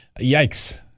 yikes